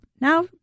Now